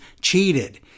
cheated